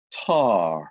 tar